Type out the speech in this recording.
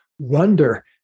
wonder